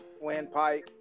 windpipe